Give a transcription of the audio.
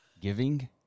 Giving